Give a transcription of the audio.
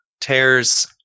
tears